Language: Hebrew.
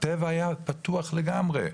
הטבע היה פתוח לגמרי.